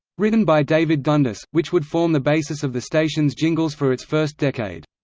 written by david dundas, which would form the basis of the station's jingles for its first decade.